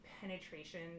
penetration